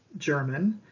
german,